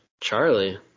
charlie